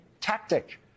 tactic